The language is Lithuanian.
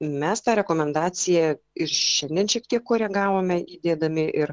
mes tą rekomendaciją ir šiandien šiek tiek koregavome įdedami ir